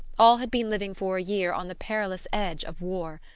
all had been living for a year on the perilous edge of war,